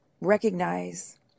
RECOGNIZE